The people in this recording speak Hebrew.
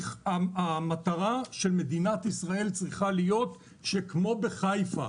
והמטרה של מדינת ישראל צריכה להיות שכמו בחיפה,